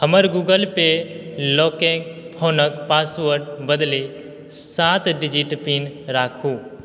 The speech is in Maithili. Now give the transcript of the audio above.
हमर गूगल पे लॉककऽ फोनके पासवर्डसँ बदलि सात डिजिट पिन राखू